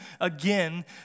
again